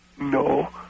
No